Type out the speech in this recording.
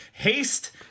Haste